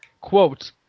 Quote